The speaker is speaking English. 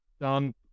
Done